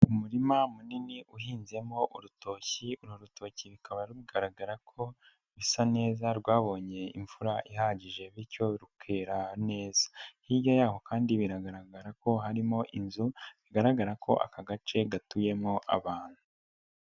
Umurima munini uhinzemo urutoki uru rutoki bikaba rugaragara ko bisa neza rwabonye imvura ihagije bityo rukera neza, hirya yaho kandi biragaragara ko harimo inzu bigaragara ko aka gace gatuyemo abantu.